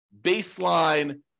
baseline